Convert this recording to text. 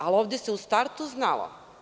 Ali ovde se u startu znalo.